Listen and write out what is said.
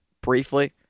briefly